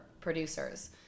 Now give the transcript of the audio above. producers